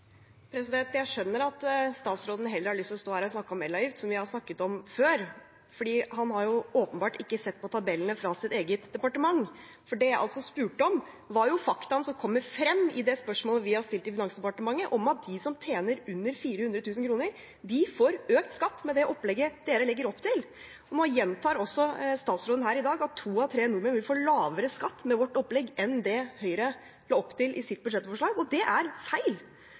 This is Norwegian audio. Jeg skjønner at statsråden heller har lyst til å stå her og snakke om elavgift, som vi har snakket om før, for han har åpenbart ikke sett på tabellene fra sitt eget departement. Det jeg spurte om, var fakta som kom fram i det spørsmålet vi har stilt Finansdepartementet om at de som tjener under 400 000 kr, får økt skatt med det opplegget regjeringen legger opp til. Nå gjentar også statsråden her i dag at to av tre nordmenn vil få lavere skatt med regjeringens opplegg enn det Høyre la opp til i sitt budsjettforslag. Det er feil,